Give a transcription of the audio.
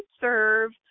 serve